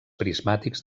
prismàtics